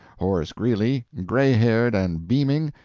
horace greeley, gray-haired and beaming,